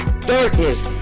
darkness